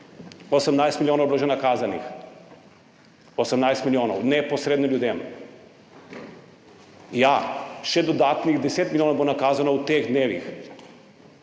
18 milijonov je bilo že nakazanih. 18 milijonov neposredno ljudem. Ja, še dodatnih 10 milijonov bo nakazano v teh dneh,